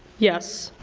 yes.